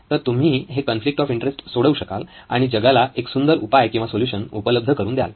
तर तुम्ही हे कॉन्फ्लिक्ट ऑफ इंटरेस्ट सोडवू शकाल आणि जगाला एक सुंदर उपाय किंवा सोलुशन उपलब्ध करून द्याल